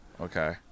Okay